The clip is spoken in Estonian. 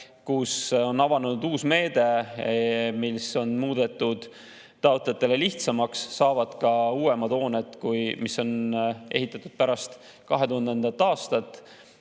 kus on avanenud uus meede, mis on muudetud taotlejatele lihtsamaks. Abi saavad ka uuemad hooned, mis on ehitatud pärast 2000. aastat,